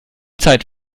zeit